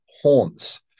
horns